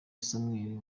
samuel